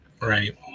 right